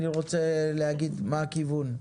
אני רוצה להגיד מה הכיוון.